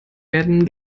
werden